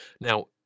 Now